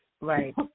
right